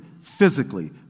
physically